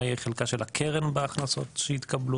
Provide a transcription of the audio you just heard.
מה יהיה חלקה של הקרן בהכנסות שיתקבלו,